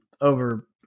over